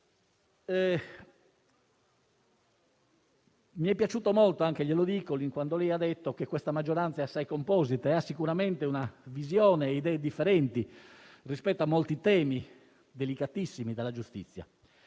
Mi è piaciuto molto anche quando lei ha detto che questa maggioranza è assai composita e che ha sicuramente una visione e idee differenti rispetto a molti temi delicatissimi della giustizia.